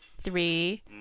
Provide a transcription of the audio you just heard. three